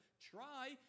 try